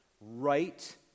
Right